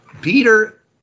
Peter